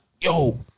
yo